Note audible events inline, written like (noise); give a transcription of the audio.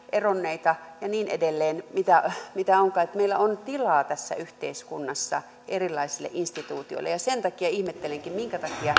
eronneita ja niin edelleen mitä mitä onkaan että meillä on tilaa tässä yhteiskunnassa erilaisille instituutioille ja sen takia ihmettelenkin minkä takia (unintelligible)